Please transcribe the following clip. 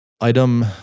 item